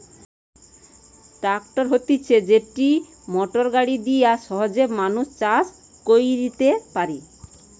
tractor হতিছে যেটি motor গাড়ি দিয়া সহজে মানুষ চাষ কইরতে পারে